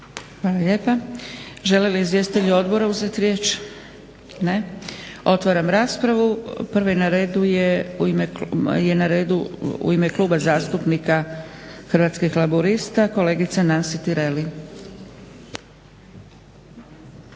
Hvala lijepa. Žele li izvjestitelji odbora uzeti riječ? Ne. Otvaram raspravu. Prvi na redu je u ime Kluba zastupnika Hrvatskih laburista kolegica Nansi Tireli.